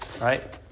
right